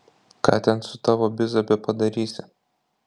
ką ten su tavo biza bepadarysi